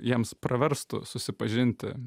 jiems praverstų susipažinti